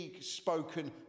spoken